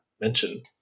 mention